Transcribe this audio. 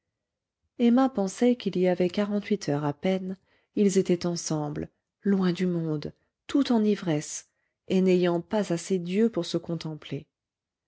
emma pensait qu'il y avait quarante-huit heures à peine ils étaient ensemble loin du monde tout en ivresse et n'ayant pas assez d'yeux pour se contempler